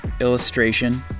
illustration